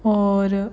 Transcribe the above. और